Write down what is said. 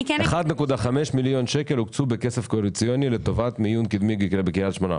1.5 מיליון שקלים הוקצו בכסף קואליציוני לטובת מיון קדמי בקריית שמונה.